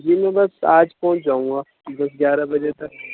جی میں بس آج پہنچ جاؤں گا دس گیارہ بجے تک